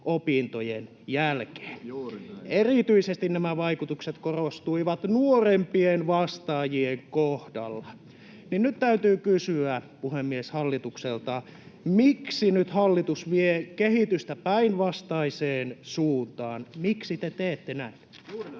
opintojen jälkeen. Erityisesti nämä vaikutukset korostuivat nuorempien vastaajien kohdalla. Nyt täytyykin kysyä, puhemies, hallitukselta: Miksi nyt hallitus vie kehitystä päinvastaiseen suuntaan? Miksi te teette näin?